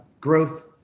growth